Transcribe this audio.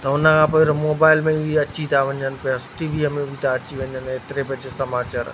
त हुन खां पहिरियों मोबाइल में ई अची था वञनि पिया टीवीअ में ई अची था वञनि पिया हेतिरे बजे समाचार